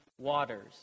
waters